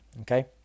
Okay